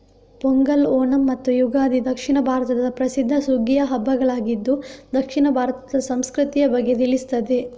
ಪೊಂಗಲ್, ಓಣಂ ಮತ್ತು ಯುಗಾದಿ ದಕ್ಷಿಣ ಭಾರತದ ಪ್ರಸಿದ್ಧ ಸುಗ್ಗಿಯ ಹಬ್ಬಗಳಾಗಿದ್ದು ದಕ್ಷಿಣ ಭಾರತದ ಸಂಸ್ಕೃತಿಯ ಬಗ್ಗೆ ತಿಳಿಸ್ತದೆ